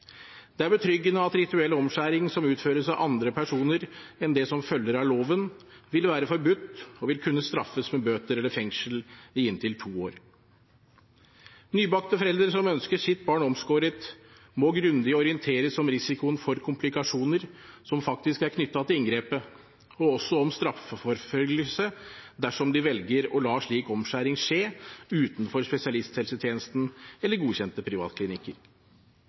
Det er betryggende at rituell omskjæring som utføres av andre personer enn det som følger av loven, vil være forbudt og vil kunne straffes med bøter eller fengsel i inntil to år. Nybakte foreldre som ønsker sitt barn omskåret, må grundig orienteres om risikoen for komplikasjoner som faktisk er knyttet til inngrepet. De må også orienteres om straffeforfølgelsen som vil finne sted, dersom de velger å la slik omskjæring skje utenfor spesialisthelsetjenesten eller godkjente privatklinikker.